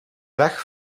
weg